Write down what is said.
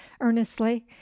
earnestly